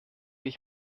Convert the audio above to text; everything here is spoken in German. ich